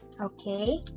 Okay